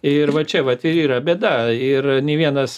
ir va čia vat ir yra bėda ir nei vienas